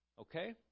Okay